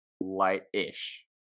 light-ish